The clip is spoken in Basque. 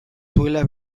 duela